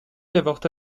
avorta